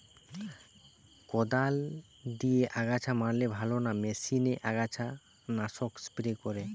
কদাল দিয়ে আগাছা মারলে ভালো না মেশিনে আগাছা নাশক স্প্রে করে?